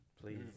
Please